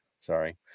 sorry